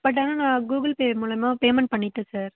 but ஆனால் நான் Google Pay மூலியமா பேமன்ட் பண்ணிட்டேன் சார்